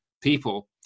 people